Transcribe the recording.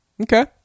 Okay